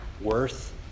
worth